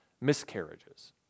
miscarriages